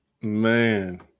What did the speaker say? Man